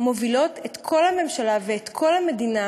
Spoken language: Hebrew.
מובילות את כל הממשלה ואת כל המדינה